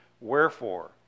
Wherefore